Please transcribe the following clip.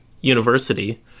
university